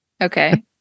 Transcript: Okay